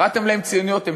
קראתם להן "ציוניות",